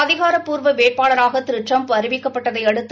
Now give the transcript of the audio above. அதிகாரப்பூர்வ வேட்பாளராக திரு டடிரம்ப் அறிவிக்கப்பட்டதை அடுத்து